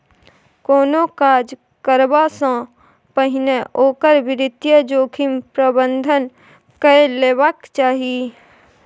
कोनो काज करबासँ पहिने ओकर वित्तीय जोखिम प्रबंधन कए लेबाक चाही